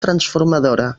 transformadora